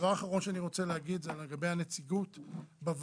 דבר אחרון שאני רוצה להגיד זה לגבי הנציגות בוועדה.